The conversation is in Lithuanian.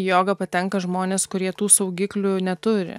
į jogą patenka žmonės kurie tų saugiklių neturi